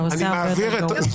אתה עושה הרבה יותר גרוע.